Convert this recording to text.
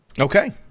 Okay